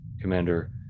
Commander